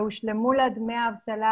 והושלמו לה דמי אבטלה,